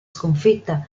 sconfitta